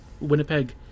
Winnipeg